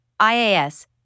IAS